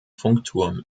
funkturm